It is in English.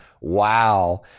Wow